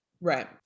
Right